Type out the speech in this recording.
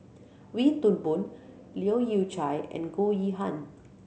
Wee Toon Boon Leu Yew Chye and Goh Yihan